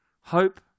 hope